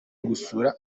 gusura